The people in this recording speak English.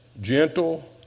gentle